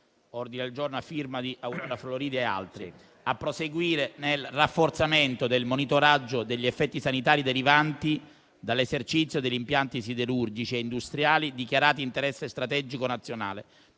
drammaticamente errata.», impegna il Governo: a proseguire nel rafforzamento del monitoraggio degli effetti sanitari derivanti dall'esercizio degli impianti siderurgici e industriali dichiarati di interesse strategico nazionale